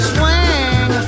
Swing